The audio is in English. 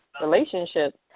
relationships